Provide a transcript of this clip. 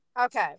Okay